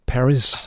Paris